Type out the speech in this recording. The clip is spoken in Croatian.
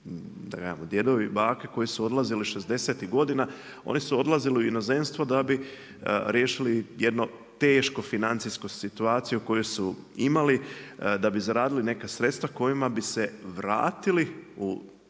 ili djedovi i bake koji su odlazili šezdesetih godina oni su odlazili u inozemstvo da bi riješili jedno teško financijsku situaciju koju su imali da bi zaradili neka sredstva s kojima bi se vratili u Hrvatsku